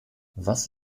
was